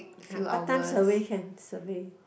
part time survey can survey